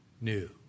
new